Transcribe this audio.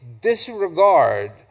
disregard